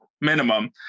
minimum